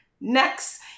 Next